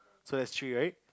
so that's three right